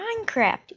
Minecraft